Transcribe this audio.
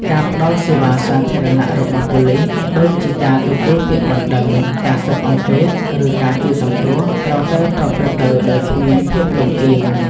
ការផ្តល់សេវាសាធារណៈរបស់ប៉ូលិស ដូចជាការទទួលពាក្យបណ្តឹង ការស៊ើបអង្កេត ឬការជួយសង្គ្រោះ ត្រូវតែប្រព្រឹត្តទៅដោយគ្មានភាពលំអៀង។